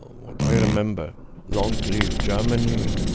what i remember long live germany,